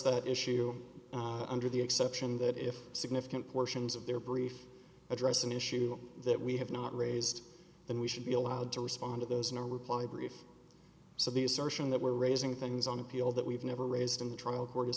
that issue under the exception that if significant portions of their brief address an issue that we have not raised then we should be allowed to respond to those in our reply brief so the assertion that we're raising things on appeal that we've never raised in the trial